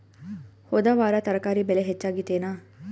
ಹೊದ ವಾರ ತರಕಾರಿ ಬೆಲೆ ಹೆಚ್ಚಾಗಿತ್ತೇನ?